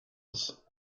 oss